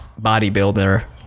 bodybuilder